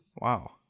wow